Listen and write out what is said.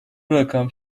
rakam